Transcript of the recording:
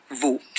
vote